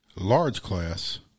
large-class